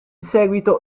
seguito